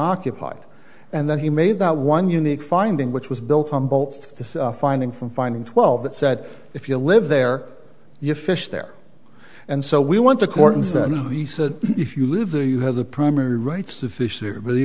occupied and then he made that one unique finding which was built on boats to finding from finding twelve that said if you live there you fish there and so we went to court and said no he said if you live there you have the primary rights to fish there but he